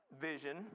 vision